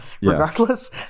regardless